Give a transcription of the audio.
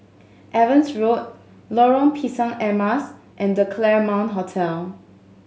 Evans Road Lorong Pisang Emas and The Claremont Hotel